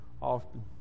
often